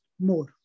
more